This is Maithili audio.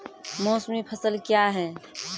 मौसमी फसल क्या हैं?